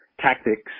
tactics